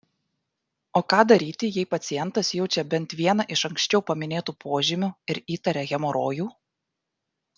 o ką daryti jei pacientas jaučia bent vieną iš anksčiau paminėtų požymių ir įtaria hemorojų